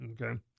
Okay